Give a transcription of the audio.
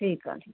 ठीकु आहे